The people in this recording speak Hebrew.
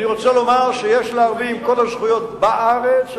אני רוצה לומר שיש לערבים כל הזכויות בארץ,